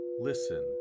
listen